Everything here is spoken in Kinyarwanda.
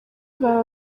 baba